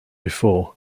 before